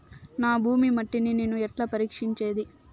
నా భూమి మట్టిని నేను ఎట్లా పరీక్షించేది?